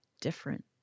different